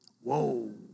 Whoa